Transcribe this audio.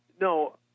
No